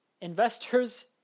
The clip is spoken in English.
Investors